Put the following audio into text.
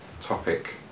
topic